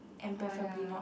and preferably not